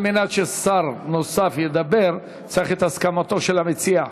כדי ששר נוסף ידבר צריך את הסכמתו של המציע.